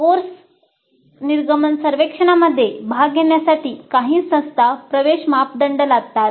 course exit सर्वेक्षणामध्ये भाग घेण्यासाठी काही संस्था प्रवेश मापदंड लादतात